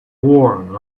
warm